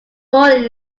born